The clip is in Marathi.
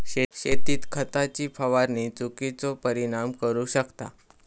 शेतीत खताची फवारणी चुकिचो परिणाम करू शकता